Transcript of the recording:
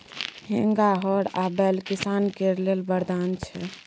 हेंगा, हर आ बैल किसान केर लेल बरदान छै